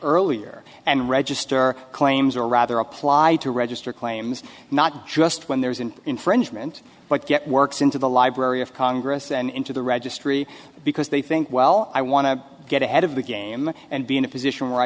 earlier and register claims or rather apply to register claims not just when there's an infringement but get works into the library of congress and into the registry because they think well i want to get ahead of the game and be in a position where i